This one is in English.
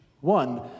One